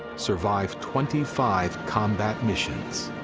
survive twenty five combat missions,